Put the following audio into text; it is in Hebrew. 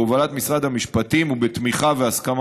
בהובלת משרד המשפטים ובתמיכה והסכמה